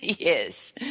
yes